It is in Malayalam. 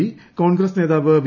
പി കോൺഗ്രസ് നേതാവ് വി